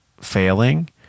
failing